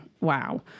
wow